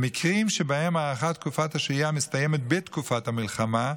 במקרים שבהם הארכת תקופת השהייה מסתיימת בתקופת המלחמה,